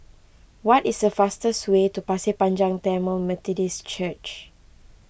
what is the fastest way to Pasir Panjang Tamil Methodist Church